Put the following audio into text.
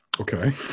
Okay